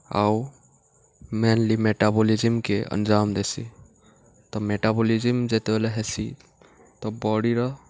ଆଉ ମେନ୍ଲି ମେଟାବଲିଜିମ୍କେ ଆଞ୍ଜାମ୍ ଦେସି ତ ମେଟାବଲିଜିମ୍ ଯେତେବେଲେ ହେସି ତ ବଡ଼ିର